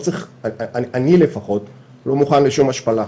אני לפחות לא מוכן לשום השפלה,